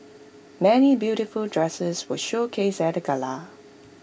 many beautiful dresses were showcased at the gala